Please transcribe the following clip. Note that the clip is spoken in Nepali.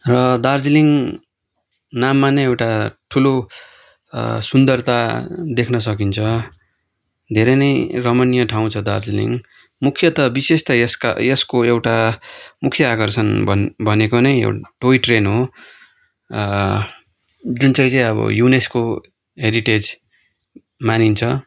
र दार्जिलिङ नाममा नै एउटा ठुलो सुन्दरता देख्न सकिन्छ धेरै नै रमणीय ठाउँ छ दार्जिलिङ मुख्य त विशेष त यसका यसको एउटा मुख्य आकर्षण भन् भनेको नै टोय ट्रेन हो जुन चाहिँ चाहिँ अब युनेस्को हेरिटेज मानिन्छ